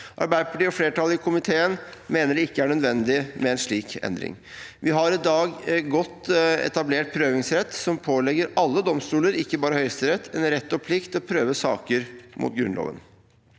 Arbeiderpartiet og flertallet i komiteen mener det ikke er nødvendig med en slik endring. Vi har i dag en godt etablert prøvingsrett som pålegger alle domstoler, ikke bare Høyesterett, en rett og plikt til å prøve saker mot Grunnloven.